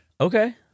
Okay